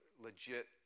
legit